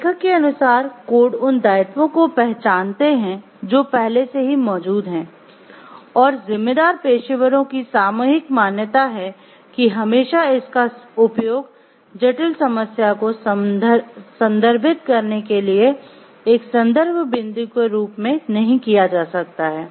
लेखक के अनुसार कोड उन दायित्वों को पहचानते हैं जो पहले से ही मौजूद हैं और जिम्मेदार पेशेवरों की सामूहिक मान्यता है कि हमेशा इसका उपयोग जटिल समस्या को संदर्भित करने के लिए एक संदर्भ बिंदु के रूप में नहीं किया जा सकता है